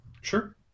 Sure